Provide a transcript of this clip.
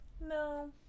no